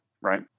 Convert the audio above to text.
right